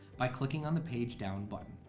by clicking on the page down button.